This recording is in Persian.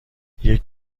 یکم